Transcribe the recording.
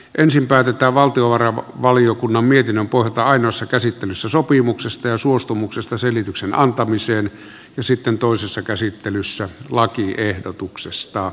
ensin päätetään valtiovarainvaliokunnan mietinnön pohjalta ainoassa käsittelyssä sopimuksesta ja suostumuksesta selityksen antamiseen ja sitten toisessa käsittelyssä lakiehdotuksesta